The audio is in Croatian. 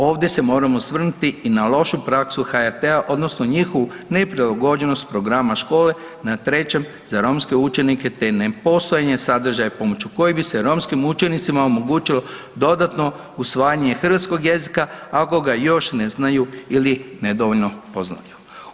Ovdje se moram osvrnuti i na lošu praksu HRT-a odnosno njihovu neprilagođenost programima Škole na Trećem za romske učenike te nepostojanja sadržaja pomoću kojeg bi se romskim učenicima omogućilo dodatno usvajanje hrvatskog jezika ako ga još ne znaju ili nedovoljno poznaju.